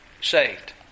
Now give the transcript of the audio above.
saved